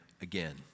again